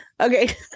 Okay